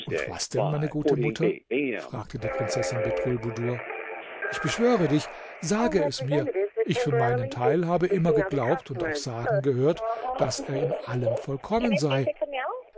und was denn meine gute mutter fragte die prinzessin bedrulbudur ich beschwöre dich sage es mir ich für meinen teil habe immer geglaubt und auch sagen gehört daß er in allem vollkommen sei